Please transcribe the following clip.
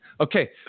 Okay